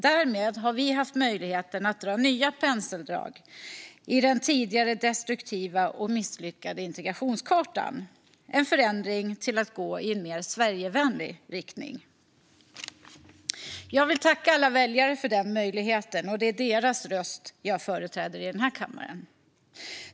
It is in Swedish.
Därmed har vi haft möjligheten att dra nya penseldrag på den tidigare destruktiva och misslyckade integrationskartan och göra en förändring till att gå i en mer Sverigevänlig riktning. Jag vill tacka alla väljare för den möjligheten, och det är deras röst jag företräder i den här kammaren.